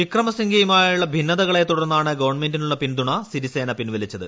വിക്രമസിംഗെയുമായുള്ള ഭിന്നതകളെത്തുടർന്നാണ് ഗവൺമെന്റിനുള്ള പിന്തുണ സിരിസേന പിൻവലിച്ചത്